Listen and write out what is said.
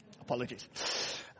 Apologies